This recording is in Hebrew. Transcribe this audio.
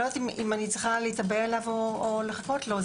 לא יודעת אם עליי להתאבל עליו או לחכות לו.